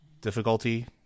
difficulty